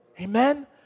Amen